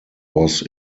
was